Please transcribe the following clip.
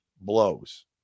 blows